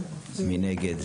מי נגד?